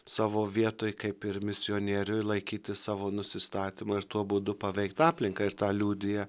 savo vietoj kaip ir misionieriui laikyti savo nusistatymą ir tuo būdu paveikt aplinką ir tą liudija